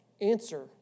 answer